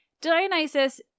Dionysus